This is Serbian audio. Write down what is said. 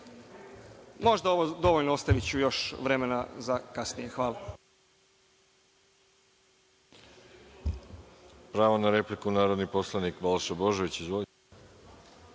je ovo dovoljno. Ostaviću još vremena za kasnije. Hvala.